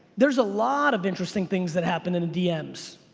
there's a lot of interesting things that happen in the dms.